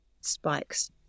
spikes